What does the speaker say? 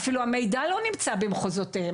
אפילו המידע לא נמצא במחוזותיהם.